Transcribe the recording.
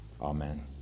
Amen